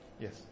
Yes